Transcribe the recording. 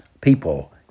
people